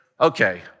okay